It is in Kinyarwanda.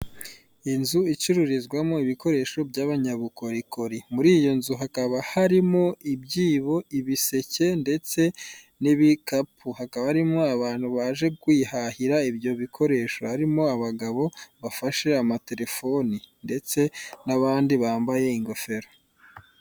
Inzu icururizwamo ibikoresho by'abanyabukorikori muri iyo nzu hakaba harimo ibiseke, ibyibo, ibikapu ndetse hakaba harimo abantu baje kwihahira ibyo bikoresho harimo abagabo bafashe amaterefone ndetse n'andi bambaye ingofero.